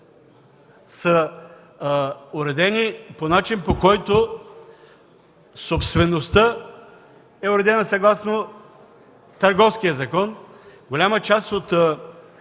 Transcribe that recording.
са уредени по начин, по който собствеността е уредена съгласно Търговския закон. Голяма част от